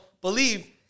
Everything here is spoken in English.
believe